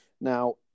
Now